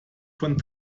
von